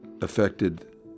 affected